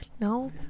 No